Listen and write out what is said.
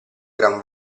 gran